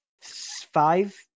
five